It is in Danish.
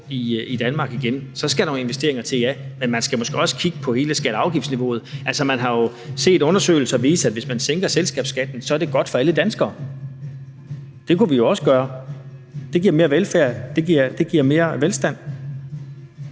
i Danmark igen, skal der nogle investeringer til, ja, men man skal måske også kigge på hele skatte- og afgiftsniveauet. Altså, man har jo set undersøgelser vise, at hvis man sænker selskabsskatten, er det godt for alle danskere. Det kunne vi jo også gøre. Det giver mere velfærd. Det giver mere velstand.